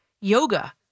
yoga